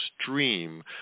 stream